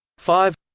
five